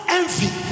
envy